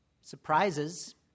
surprises